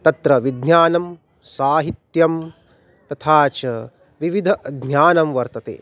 तत्र विज्ञानं साहित्यं तथा च विविधः ज्ञानं वर्तते